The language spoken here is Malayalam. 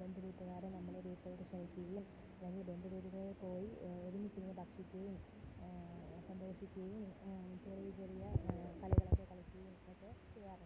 ബന്ധുവീട്ടുകാരെ നമ്മളെ വീട്ടിലോട്ടു ക്ഷണിക്കുകയും അല്ലെങ്കില് ബന്ധുവീടുകളില് പോയി ഒരുമിച്ചിരുന്നു ഭക്ഷിക്കുകയും സന്ദര്ശിക്കുകയും ചെറിയ ചെറിയ കളികളൊക്കെ കളിക്കുകയും ഒക്കെ ചെയ്യാറുണ്ട്